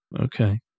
Okay